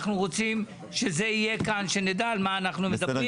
אנחנו רוצים שזה יהיה כאן כדי שנדע על מה אנחנו מדברים.